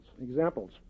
Examples